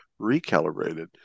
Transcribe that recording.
recalibrated